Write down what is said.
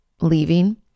leaving